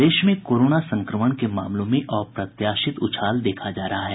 प्रदेश में कोरोना संक्रमण के मामलों में अप्रत्याशित उछाल देखा जा रहा है